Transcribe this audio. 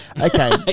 okay